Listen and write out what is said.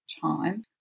time